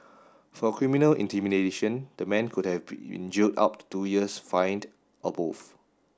for criminal intimidation the man could have been jailed up to two years fined or both